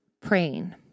praying